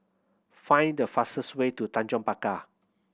find the fastest way to Tanjong Pagar